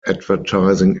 advertising